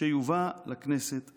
שיובא לכנסת העשרים-וחמש.